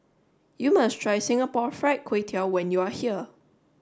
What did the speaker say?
you must try Singapore fried Kway Tiao when you are here